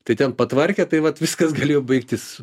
tai ten patvarkė tai vat viskas galėjo baigtis